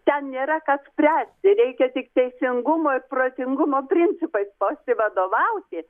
ten nėra ką spręsti reikia tik teisingumo ir protingumo principais pasivadovauti